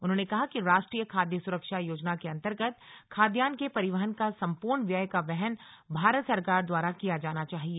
उन्होंने कहा कि राष्ट्रीय खाद्य सुरक्षा योजना के अंतर्गत खाद्यान्न के परिवहन का सम्पूर्ण व्यय का वहन भारत सरकार द्वारा किया जाना चाहिए